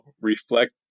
reflect